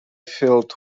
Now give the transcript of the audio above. filled